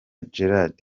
gerald